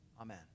Amen